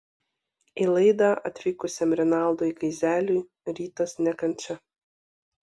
į laidą atvykusiam rinaldui gaizeliui rytas ne kančia